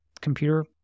computer